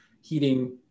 heating